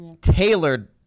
tailored